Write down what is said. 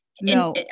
No